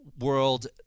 world